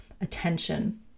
attention